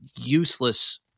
useless